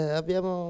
abbiamo